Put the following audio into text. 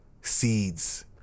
seeds